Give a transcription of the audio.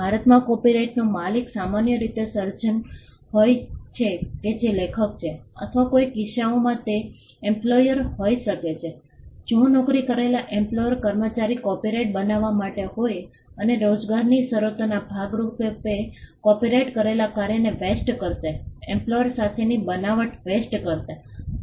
ભારતમાં કોપિરાઇટનો માલિક સામાન્ય રીતે સર્જક હોય છે કે જે લેખક છે અથવા કેટલાક કિસ્સાઓમાં તે એમ્પ્લોયર હોઈ શકે છે જો નોકરી કરેલા એમ્પ્લોયર કર્મચારી કોપિરાઇટ બનાવવા માટે હોય અને રોજગારની શરતોના ભાગ રૂપે કોપિરાઇટ કરેલા કાર્યને વેસ્ટ કરશે એમ્પ્લોયર સાથેની બનાવટ વેસ્ટ કરશે